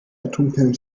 atomkerne